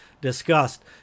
discussed